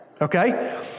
okay